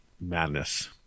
madness